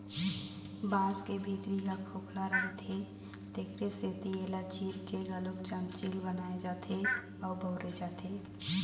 बांस के भीतरी ह खोखला रहिथे तेखरे सेती एला चीर के घलोक चमचील बनाए जाथे अउ बउरे जाथे